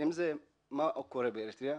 ואם זה מה שקורה באריתריאה.